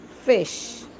fish